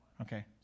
Okay